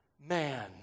man